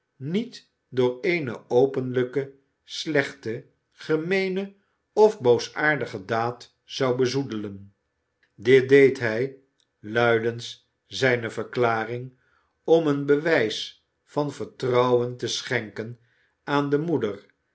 niet door eene openlijke slechte gemeene of boosaardige daad zou bezoedelen dit deed hij luidens zijne verklaring om een bewijs van vertrouwen te schenken aan de moeder